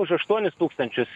už aštuonis tūkstančius